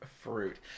fruit